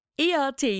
ERT